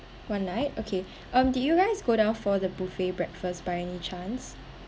one night okay um did you guys go down for the buffet breakfast by any chance